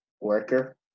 worker